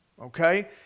okay